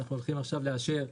שאנחנו הולכים עכשיו לאשר,